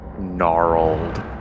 gnarled